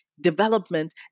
development